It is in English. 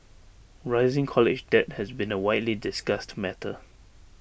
rising college debt has been A widely discussed matter